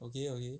okay okay